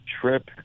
trip